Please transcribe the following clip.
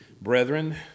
Brethren